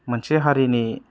मोनसे हारिनि